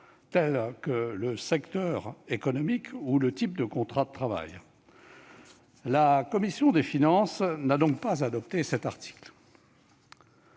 tels que le secteur économique d'activité ou le type de contrat de travail. La commission des finances n'a donc pas adopté cet article.